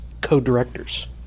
co-directors